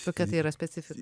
kokia tai yra specifika